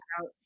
out